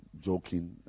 joking